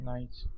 Nice